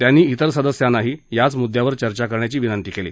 त्यांनी तेर सदस्यांनाही त्याच मुद्द्यावर चर्चा करण्याची विनंती केली